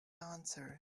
answer